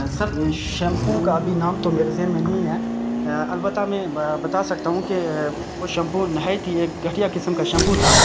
سر shampoo کا ابھی نام تو میرے ذہن میں نہیں ہے البتہ میں بتا سکتا ہوں کہ وہ شیمپو نہایت ہی ایک گھٹیا قسم کا شیمپو تھا